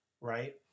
right